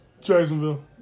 Jacksonville